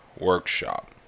workshop